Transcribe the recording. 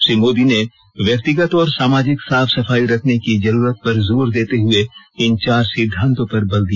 श्री मोदी ने व्यक्तिगत और सामाजिक साफ सफाई रखने की जरूरत पर जोर देते हुए इन चार सिद्धांतों पर बल दिया